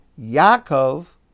Yaakov